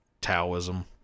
Taoism